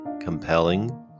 compelling